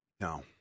No